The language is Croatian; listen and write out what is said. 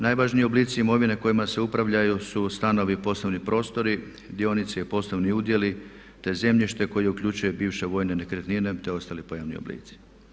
Najvažniji oblici imovine kojima se upravljaju su stanovi, poslovni prostori, dionice i poslovni udjeli te zemljište koje uključuje bivše vojne nekretnine te ostali pojavni oblici.